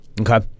okay